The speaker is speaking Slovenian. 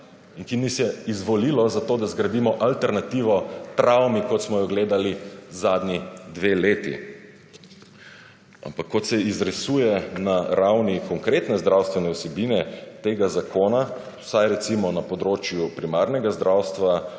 in ki nas je izvolilo, zato, da zgradimo alternativo travmi, kot smo jo gledali zadnji dve leti. Ampak kot se izrisuje na ravni konkretne zdravstvene vsebine tega zakona, vsaj recimo na področju primarnega zdravstva,